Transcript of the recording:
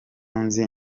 nzi